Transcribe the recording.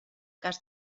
cas